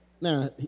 Now